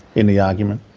in the argument.